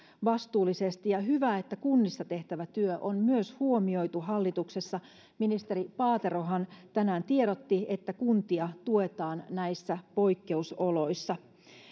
vastuullisesti ja hyvä että kunnissa tehtävä työ on myös huomioitu hallituksessa ministeri paaterohan tänään tiedotti että kuntia tuetaan näissä poikkeusoloissa